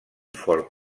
fort